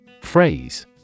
Phrase